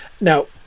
Now